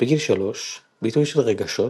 בגיל שלוש - ביטוי של רגשות,